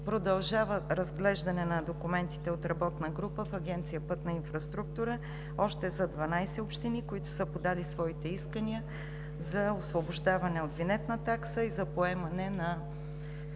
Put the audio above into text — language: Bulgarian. Продължава разглеждането на документите от работната група в Агенция „Пътна инфраструктура“ за още 12 общини, които са подали своите искания за освобождаването от винетна такса и за поемането на